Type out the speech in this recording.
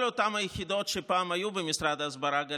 כל אותן יחידות שפעם היו במשרד ההסברה,